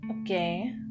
Okay